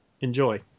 Enjoy